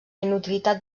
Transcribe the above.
inutilitat